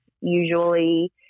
usually